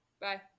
Bye